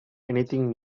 anything